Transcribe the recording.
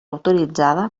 autoritzada